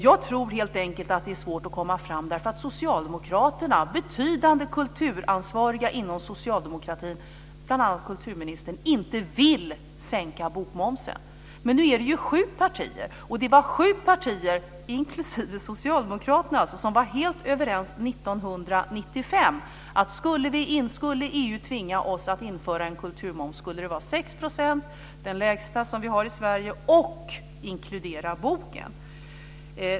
Jag tror helt enkelt att det är svårt att komma fram på grund av att betydande kulturansvariga inom socialdemokratin, bl.a. kulturministern, inte vill sänka bokmomsen. Nu var det sju partier, inklusive socialdemokraterna, som var helt överens 1995 om att om EU skulle tvinga oss att införa en kulturmoms skulle den vara 6 %, den lägsta i Sverige, och inkludera boken.